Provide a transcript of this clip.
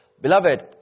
beloved